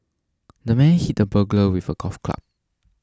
the man hit the burglar with a golf club